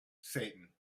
satan